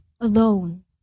alone